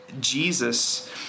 Jesus